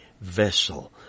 vessel